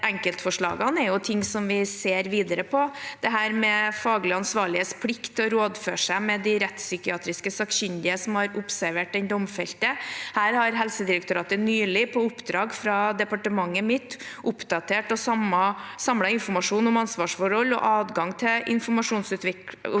enkeltforslagene er ting vi vil se videre på. Når det gjelder den faglig ansvarliges plikt til å rådføre seg med de rettspsykiatrisk sakkyndige som har observert den domfelte, har Helsedirektoratet nylig – på oppdrag fra mitt departement – oppdatert og samlet informasjon om ansvarsforhold og adgang til informasjonsutveksling.